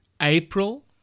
April